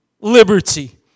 Liberty